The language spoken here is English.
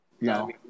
No